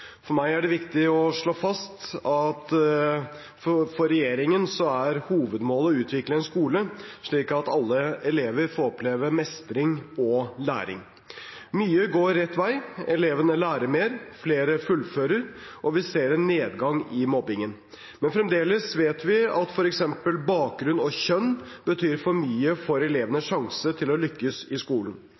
For meg er det viktig å slå fast at for regjeringen er hovedmålet å utvikle skolen slik at alle elever får oppleve mestring og læring. Mye går rett vei – elevene lærer mer, flere fullfører, og vi ser en nedgang i mobbingen. Men fremdeles vet vi at f.eks. bakgrunn og kjønn betyr for mye for elevenes sjanse til å lykkes i skolen.